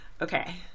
Okay